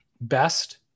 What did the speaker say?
best